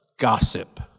gossip